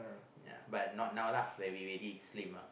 yeah not now lah when we already slim